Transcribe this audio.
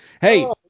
Hey